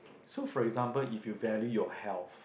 so for example if you value your health